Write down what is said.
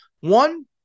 One